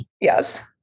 yes